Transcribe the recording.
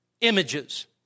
images